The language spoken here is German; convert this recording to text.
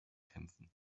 kämpfen